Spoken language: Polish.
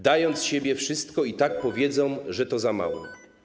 Dając z siebie wszystko, i tak powiedzą, że to za mało.